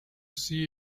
see